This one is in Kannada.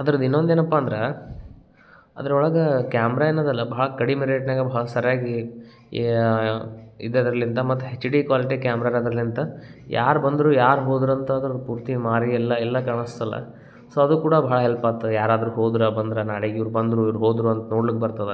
ಅದ್ರದ್ ಇನ್ನೊಂದ್ ಏನಪ್ಪ ಅಂದ್ರ ಅದ್ರೊಳಗ ಕ್ಯಾಮ್ರ ಏನದಲ ಭಾಳ ಕಡಿಮೆ ರೇಟ್ನಾಗ ಭಾಳ ಸರ್ಯಾಗಿ ಇದರಲಿಂದ ಮತ್ ಹೆಚ್ ಡಿ ಕ್ವಾಲಿಟಿ ಕ್ಯಾಮ್ರಗ್ ಅದರ್ಲಿಂತ ಯಾರ್ ಬಂದ್ರು ಯಾರ್ ಹೋದ್ರಂತ ಅದ್ರ ಪೂರ್ತಿ ಮಾರಿ ಎಲ್ಲ ಎಲ್ಲಾ ಕಾಣಸ್ಸಲ್ಲ ಸೊ ಅದು ಕೂಡ ಭಾಳ ಹೆಲ್ಪ್ ಆಗ್ತದ ಯಾರಾದರೂ ಹೋದ್ರೆ ಬಂದ್ರೆ ನಾಳಿಗ ಇವ್ರ ಬಂದರೂ ಇವ್ರ ಹೋದರೂ ಅಂತ ನೋಡ್ಲಿಕ್ಕೆ ಬರ್ತದ